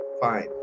fine